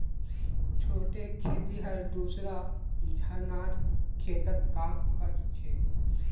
छोटे खेतिहर दूसरा झनार खेतत काम कर छेक